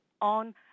on